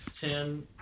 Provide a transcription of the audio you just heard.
Ten